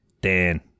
Dan